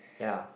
ya